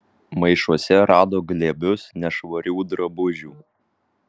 maišuose rado glėbius nešvarių drabužių